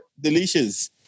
delicious